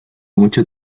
mucho